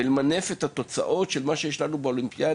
כדי למנף את התוצאות של מה שיש לנו כרגע באולימפיאדה,